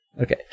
Okay